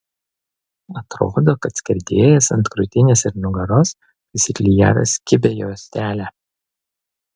atrodo kad skerdėjas ant krūtinės ir nugaros prisiklijavęs kibią juostelę